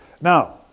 Now